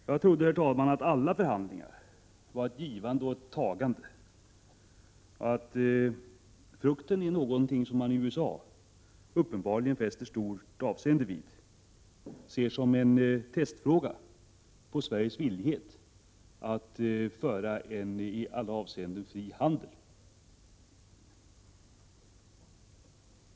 Jag trodde, herr talman, att alla förhandlingar var ett givande och ett tagande. Frågan om frukten är någonting som man i USA uppenbarligen fäster stort avseende vid och ser som en testfråga på Sveriges villighet att föra en i alla avseenden fri handel.